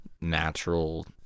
natural